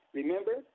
remember